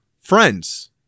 friends